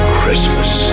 Christmas